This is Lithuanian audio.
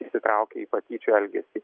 įsitraukia į patyčių elgesį